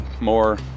more